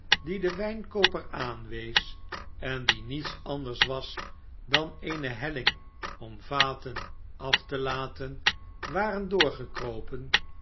dien de wijnkooper aanwees en die mets anders was dan eene helling om vaten af te iaten waren